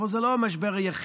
אבל זה לא המשבר היחיד.